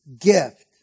gift